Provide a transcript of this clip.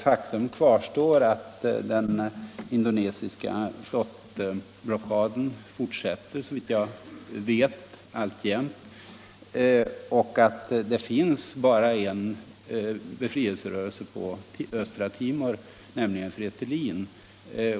Fru talman! Den indonesiska flottblockaden fortsätter såvitt jag vet alltjämt. Det finns bara en befrielserörelse på östra Timor, nämligen Fretilin.